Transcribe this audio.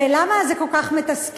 ולמה זה כל כך מתסכל?